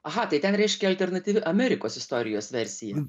aha tai ten reiškia alternatyvi amerikos istorijos versija